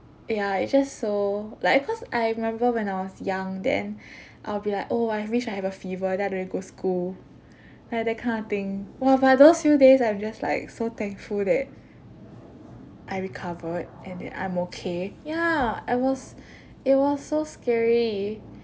ya it's just so like cause I remember when I was young then I'll be like oh I wish I have a fever then I don't need go school ya that kind of thing !wah! but those few days I'm just like so thankful that I recovered and then I'm okay ya I was it was so scary